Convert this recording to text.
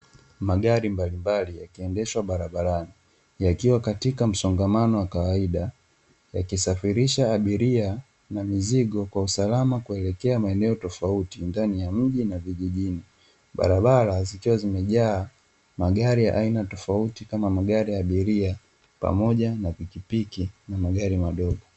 Magari mbalimbali yakiendeshwa barabarani yakiwa katika msongamano wa kawaida. Yakisafirisha abiria na mizigo kwa usalama kuelekea maeneo tofauti, ndani ya mji na vijijini. Barabara zikiwa zimejaa magari ya aina tofauti, kama magari ya abiria, pamoja na pikipiki na magari madogo.